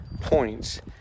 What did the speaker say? points